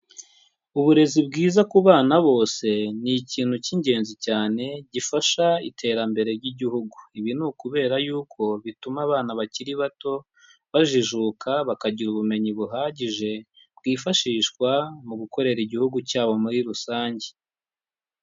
Uburezi bwiza ku bana bose, ni ikintu cy'ingenzi cyane gifasha iterambere ry'igihugu. Ibi ni ukubera yuko bituma abana bakiri bato, bajijuka, bakagira ubumenyi buhagije, bwifashishwa mu gukorera igihugu cyabo muri rusange.